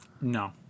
No